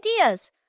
ideas